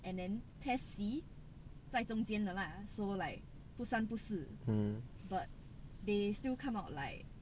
mmhmm